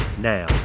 now